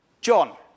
John